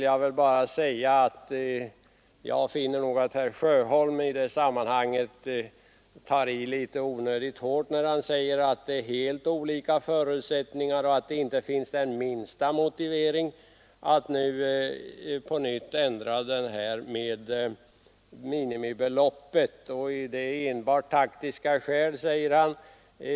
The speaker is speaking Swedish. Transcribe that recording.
Jag finner nog att herr Sjöholm i det sammanhanget tar i litet onödigt hårt när han säger att det är helt olika förutsättningar och att det inte finns den minsta motivering att nu på nytt ändra minimibeloppet. Det är enbart taktiska skäl, säger han.